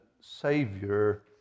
Savior